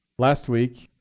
last week,